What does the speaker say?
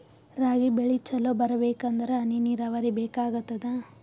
ರಾಗಿ ಬೆಳಿ ಚಲೋ ಬರಬೇಕಂದರ ಹನಿ ನೀರಾವರಿ ಬೇಕಾಗತದ?